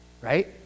right